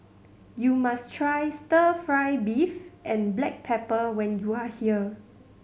you must try Stir Fry beef and black pepper when you are here